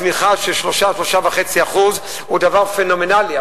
צמיחה של 3% 3.5% היא דבר פנומנלי,